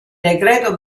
decreto